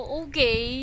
okay